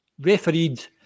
refereed